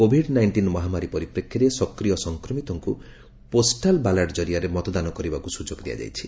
Covid nineteen ମହାମାରୀ ପରିପ୍ରେକ୍ଷୀରେ ସକ୍ରିୟ ସଂକ୍ରମିତଙ୍କୁ ପୋଷ୍ଟାଲ ବାଲାଟ କରିଆରେ ମତଦାନ କରିବାକୁ ସୁଯୋଗ ଦିଆଯାଇଛି